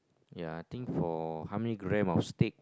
ya I think for how many gram of steak